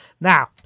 Now